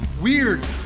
weird